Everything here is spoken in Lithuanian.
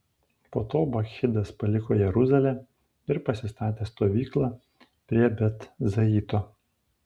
po to bakchidas paliko jeruzalę ir pasistatė stovyklą prie bet zaito